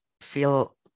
feel